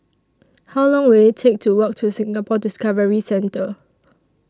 How Long Will IT Take to Walk to Singapore Discovery Centre